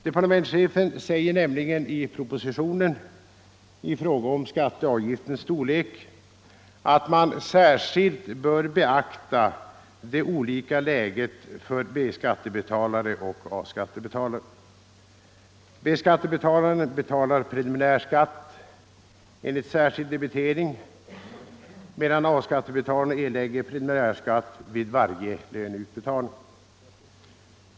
Departementschefen säger nämligen i propositionen — i fråga om skatteavgiftens storlek — att man särskilt bör beakta det olika läget för B skattebetalare och A-skattebetalare. B-skattebetalaren erlägger preliminärskatt enligt särskild debitering medan A-skattebetalaren vidkänns preliminärskatteavdrag vid varje löneutbetalning.